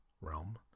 realm